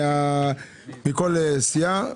מכל סיעה,